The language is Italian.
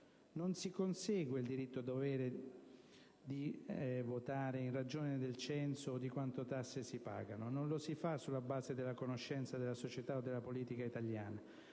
Non si consegue il diritto-dovere di votare in ragione del censo o di quante tasse si pagano; non lo si fa sulla base della conoscenza della società o della politica italiana,